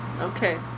Okay